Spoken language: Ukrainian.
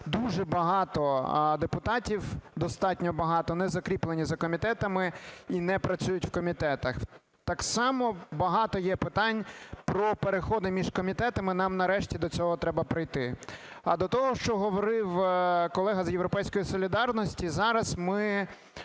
дуже багато депутатів, достатньо багато, не закріплені за комітетами і не працюють в комітетах. Так само багато є питань про переходи між комітетами, нам нарешті до цього треба прийти. А до того, що говорив колега з "Європейської солідарності", зараз ми